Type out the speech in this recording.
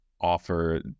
offer